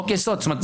זאת אומרת,